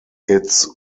its